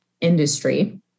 industry